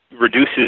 reduces